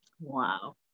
Wow